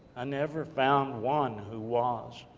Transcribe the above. i never found one who was.